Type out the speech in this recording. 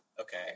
okay